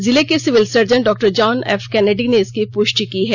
जिले के civil surgeon डा जॉन एफ कनेडी ने इसकी पुष्टि की है